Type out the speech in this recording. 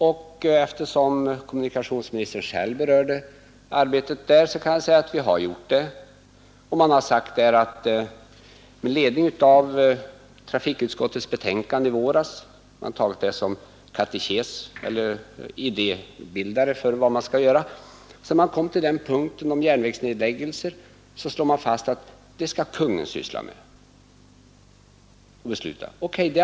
Och eftersom kommunikationsministern själv berörde arbetet där kan jag omtala att vi med ledning av trafikutskottets betänkande i våras — som ju har blivit något av en katekes eller idébildare för vad som skall göras — vid punkten järnvägsnedläggelser har slagit fast att det skall Kungl. Maj:t syssla med och besluta om.